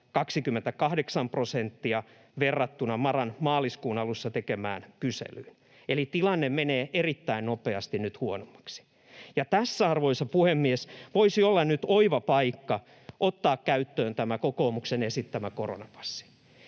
28 prosenttia verrattuna MaRan maaliskuun alussa tekemään kyselyyn, eli tilanne menee erittäin nopeasti nyt huonommaksi. Tässä, arvoisa puhemies, voisi olla nyt oiva paikka ottaa käyttöön tämä kokoomuksen esittämä koronapassi.